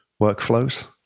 workflows